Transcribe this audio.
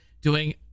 doing-